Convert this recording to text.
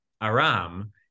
Aram